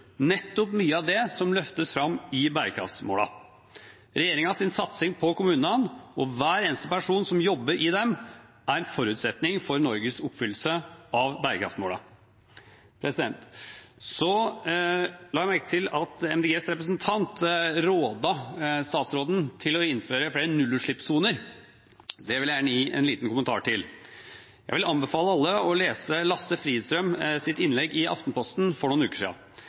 nettopp mye av det som løftes fram i bærekraftsmålene. Regjeringens satsing på kommunene og hver eneste person som jobber der, er en forutsetning for Norges oppfyllelse av bærekraftsmålene. Så la jeg merke til at Miljøpartiet De Grønnes representant rådet statsråden til å innføre flere nullutslippssoner. Det vil jeg gjerne gi en liten kommentar til. Jeg vil anbefale alle å lese Lasse Fridstrøms innlegg i Aftenposten for noen uker